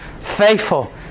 faithful